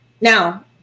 Now